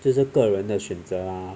这是个人的选择啊